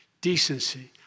Decency